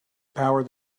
power